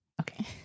Okay